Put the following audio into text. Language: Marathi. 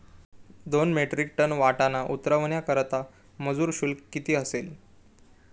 दोन मेट्रिक टन वाटाणा उतरवण्याकरता मजूर शुल्क किती असेल?